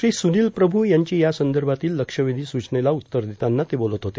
श्री सुनिल प्रभू यांची या संदर्भातील लक्षवेधी सूचनेला उत्तर देताना ते बोलत होते